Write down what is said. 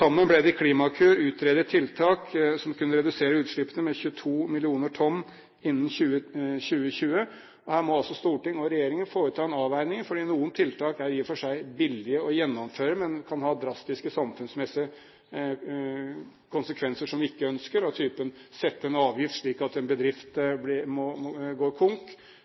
sammen ble det i Klimakur utredet tiltak som kunne redusere utslippene med 22 mill. tonn innen 2020. Her må altså Stortinget og regjeringen foreta en avveining. Noen tiltak er i og for seg billige å gjennomføre, men kan ha drastiske samfunnsmessige konsekvenser som vi ikke ønsker, av typen sette ned avgift, slik at en bedrift går konk.